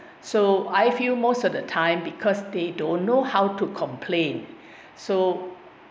so I feel most of the time because they don't know how to complain so